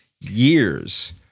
Years